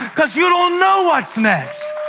because you don't know what's next.